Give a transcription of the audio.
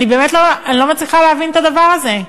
אני באמת לא מצליחה להבין את הדבר הזה.